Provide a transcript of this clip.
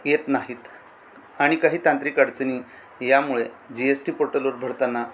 येत नाहीत आणि काही तांत्रिक अडचणी यामुळे जी एस टी पोर्टलवर भरताना